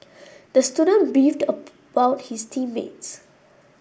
the student beefed about his team mates